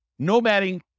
nomading